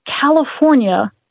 California